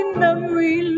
memory